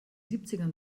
siebzigern